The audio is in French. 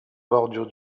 bordure